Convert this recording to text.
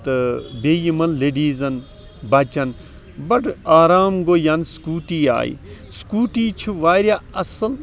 تہٕ بیٚیہِ یمن لیڈیٖزَن بَچن بڑٕ آرام گوٚو یَنہٕ سکوٗٹی آیہِ سکوٗٹی چھُ واریاہ اَصٕل